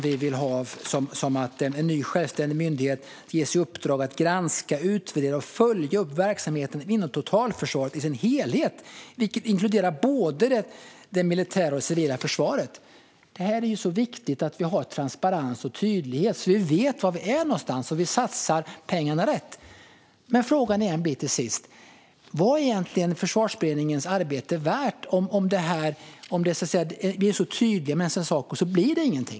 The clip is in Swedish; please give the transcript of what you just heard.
Vi vill ha en ny självständig myndighet som ges i uppdrag att granska, utvärdera och följa upp verksamheten inom totalförsvaret i dess helhet, vilket inkluderar både det militära och det civila försvaret. Det är viktigt att vi har transparens och tydlighet, så att vi vet var vi är någonstans och satsar pengarna rätt. Men frågan blir till sist: Vad är egentligen Försvarsberedningens arbete värt om vi är så tydliga med en sak och det ändå inte blir någonting?